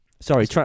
sorry